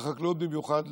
ובחקלאות במיוחד,